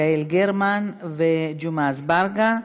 יעל גרמן וג'מעה אזברגה.